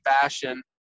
fashion